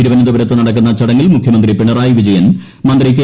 തിരുവനന്തപുരത്ത് നടക്കുന്ന ചടങ്ങിൽ മുഖ്യമന്ത്രി പിണറായി വിജയൻ മന്ത്രി കെ